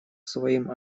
своим